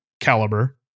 caliber